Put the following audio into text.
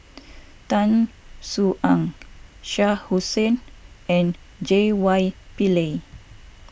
Tan Soo Ong Shah Hussain and J Y Pillay